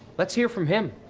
let's hear from him.